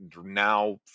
now